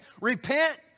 repent